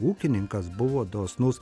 ūkininkas buvo dosnus